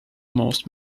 most